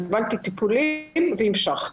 קיבלתי טיפולים והמשכתי.